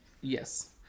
Yes